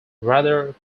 rather